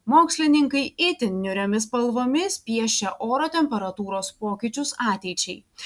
mokslininkai itin niūriomis spalvomis piešia oro temperatūros pokyčius ateičiai